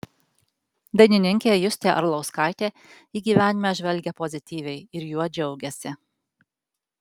dainininkė justė arlauskaitė į gyvenimą žvelgia pozityviai ir juo džiaugiasi